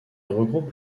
regroupe